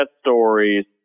stories